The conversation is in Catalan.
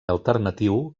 alternatiu